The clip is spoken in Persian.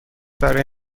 برای